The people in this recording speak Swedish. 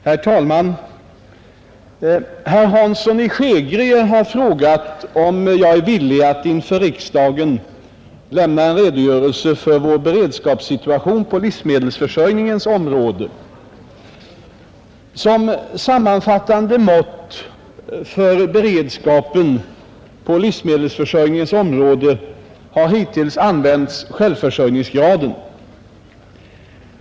Herr talman! Herr Hansson i Skegrie har frågat om jag är villig att inför riksdagen lämna en redogörelse för vår beredskapssituation på livsmedelsförsörjningens område. Som sammanfattande mått för beredskapen på livsmedelsförsörjningens område har hittills använts självförsörjningsgraden.